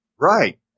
Right